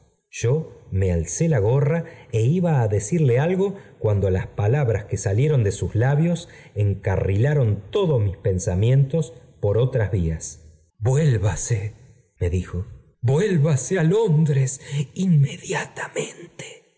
yo me alcé la gorra é iba á decirle algo cuando las palabras que salieron de sus labips encarrilaron todos mía pensamientos por otras vías vuélvase me dijo j vuélvase a londres